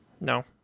No